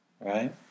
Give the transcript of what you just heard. right